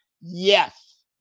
Yes